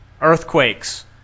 earthquakes